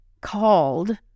called